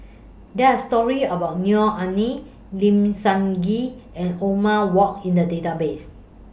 There Are stories about Neo Anngee Lim Sun Gee and Othman Wok in The Database